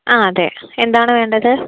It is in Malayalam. ആ അതെ എന്താണ് വേണ്ടത്